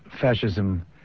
fascism